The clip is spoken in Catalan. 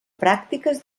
pràctiques